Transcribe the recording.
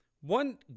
One